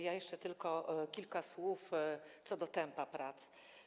Ja jeszcze powiem tylko kilka słów co do tempa prac.